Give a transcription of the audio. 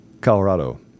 Colorado